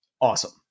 awesome